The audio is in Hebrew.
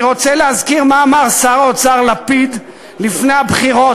אני רוצה להזכיר מה אמר שר האוצר לפיד לפני הבחירות,